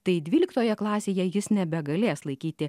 tai dvyliktoje klasėje jis nebegalės laikyti